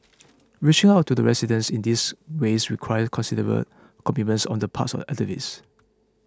reaching out to the residents in these ways requires considerable commitment on the part of activists